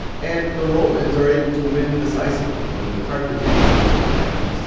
and the romans are able to win decisively, and then the carthaginians, you could imagine, so